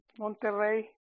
Monterrey